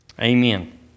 Amen